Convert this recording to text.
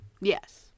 Yes